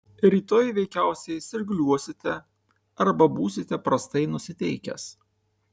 rytoj veikiausiai sirguliuosite arba būsite prastai nusiteikęs